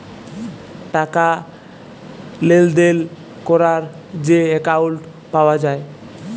টাকা লেলদেল ক্যরার যে একাউল্ট পাউয়া যায়